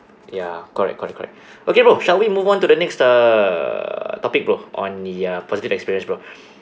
ya correct correct correct okay bro shall we move on to the next uh topic bro on the uh positive experience bro